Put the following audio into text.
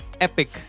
epic